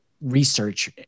Research